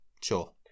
Sure